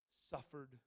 suffered